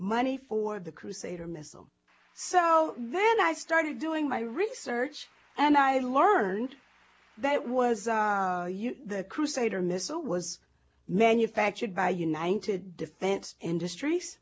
money for the crusader missile so then i started doing my research and i learned that was the crusader missile was manufactured by united defense industries